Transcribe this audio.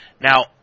Now